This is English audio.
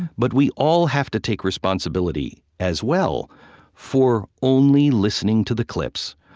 but we all have to take responsibility as well for only listening to the clips,